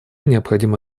необходима